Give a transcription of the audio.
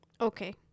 okay